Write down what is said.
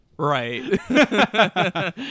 Right